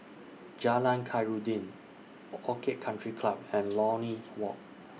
Jalan Khairuddin Or Orchid Country Club and Lornie Walk